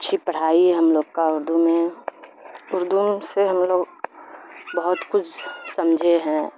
اچھی پڑھائی ہے ہم لوگ کا اردو میں اردو سے ہم لوگ بہت کچھ سمجھے ہیں